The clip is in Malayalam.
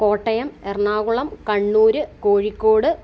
കോട്ടയം എറണാകുളം കണ്ണൂർ കോഴിക്കോട്